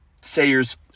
Sayers